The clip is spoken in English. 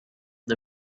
the